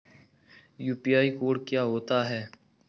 UPI code क्या होता है?